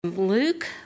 Luke